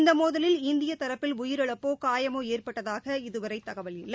இந்தமோதலில் இந்தியதரப்பில் உயிரிழப்போ காயமோஏற்பட்டதாக இதுவரைதகவல் இல்லை